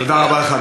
תודה רבה לך,